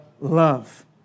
love